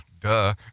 duh